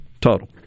total